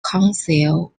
council